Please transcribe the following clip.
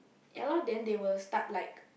ya lah then they were start like